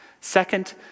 Second